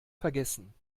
vergessen